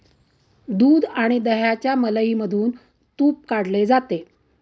दूध आणि दह्याच्या मलईमधून तुप काढले जाते